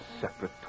separate